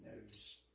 knows